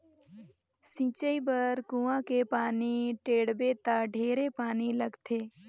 सिंचई बर कुआँ के पानी टेंड़बे त ढेरे पानी लगथे